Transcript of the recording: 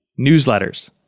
newsletters